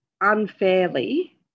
unfairly